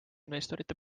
investorite